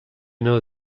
know